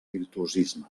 virtuosisme